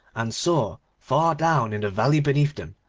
and saw, far down in the valley beneath them,